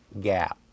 gap